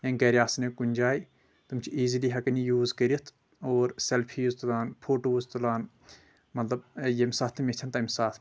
یا گرِ آسن یا کُنہِ جایہِ تِم چھِ اِیٖزلی ہٮ۪کان یہِ یوٗز کٔرتھ اور سیٚلفیٖز تُلان فوٹوز تُلان مطلب ییٚمہِ ساتہٕ تِم یژھان تمہِ ساتہٕ